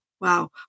wow